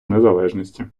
незалежності